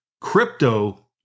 Crypto